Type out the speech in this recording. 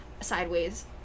sideways